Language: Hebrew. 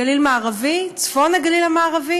גליל מערבי, צפון הגליל המערבי,